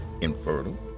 infertile